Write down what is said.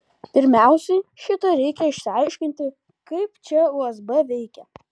pirmiausiai šitą reikia išsiaiškinti kaip čia usb veikia